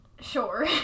Sure